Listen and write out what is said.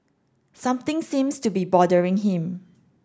something seems to be bothering him